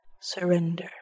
Surrender